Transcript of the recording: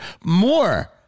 More